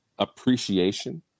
Appreciation